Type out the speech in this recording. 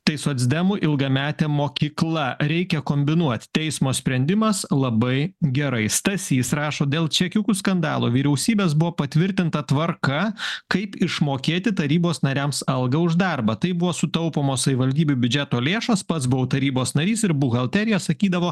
tai socdemų ilgametė mokykla reikia kombinuot teismo sprendimas labai gerai stasys rašo dėl čekiukų skandalo vyriausybės buvo patvirtinta tvarka kaip išmokėti tarybos nariams algą už darbą taip buvo sutaupomos savivaldybių biudžeto lėšos pats buvau tarybos narys ir buhalterija sakydavo